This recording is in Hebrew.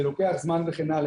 זה לוקח זמן וכן הלאה.